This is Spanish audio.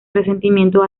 resentimiento